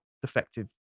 defective